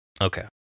Okay